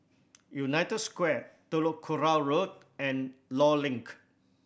United Square Telok Kurau Road and Law Link